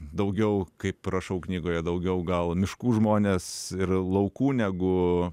daugiau kaip rašau knygoje daugiau gal miškų žmonės ir laukų negu